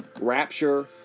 rapture